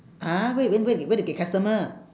!huh! where you where you where you get customer